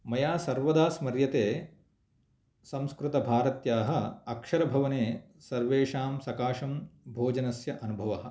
मया सर्वदा स्मर्यते संस्कृतभारत्याः अक्षरभवने सर्वेषां सकाशं भोजनस्य अनुभवः